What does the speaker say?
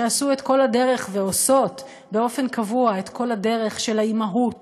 שעשו את כל הדרך ועושות באופן קבוע את כל הדרך של האימהות